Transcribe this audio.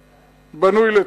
בנוי לתלפיות,